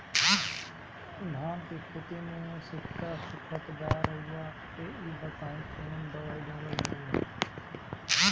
धान के खेती में सिक्का सुखत बा रउआ के ई बताईं कवन दवाइ डालल जाई?